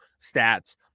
stats